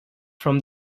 from